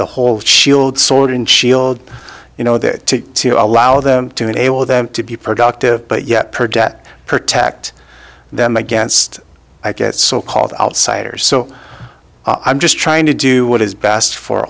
the whole shield sword and shield you know that to allow them to enable them to be productive but yet projet protect them against i get so called outsiders so i'm just trying to do what is best for